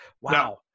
Wow